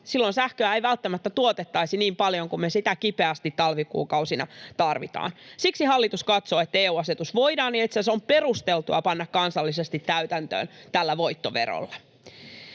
Silloin sähköä ei välttämättä tuotettaisi niin paljon kuin sitä kipeästi talvikuukausina tarvitaan. Siksi hallitus katsoo, että EU-asetus voidaan ja on itse asiassa perusteltua panna kansallisesti täytäntöön tällä voittoverolla.